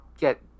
get